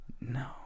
no